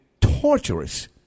torturous